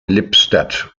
lippstadt